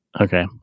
Okay